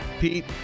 Pete